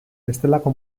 bestelako